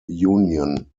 union